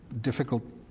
difficult